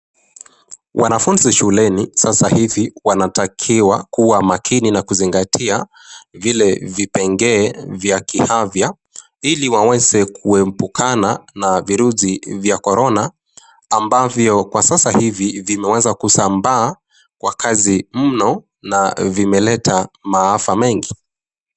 Wanafunzi shuleni sasa hivi wanatakiwa kuwa makini na kuzingatia vile vipengee vya kiafya ili waweze kuepukana na virusi vya korona ambavyo kwa sasa hivi vimeweza kusambaa kwa kasi mno na vimeleta maafa mengi.